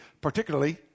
particularly